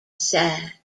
sad